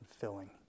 filling